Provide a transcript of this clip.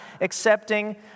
accepting